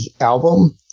album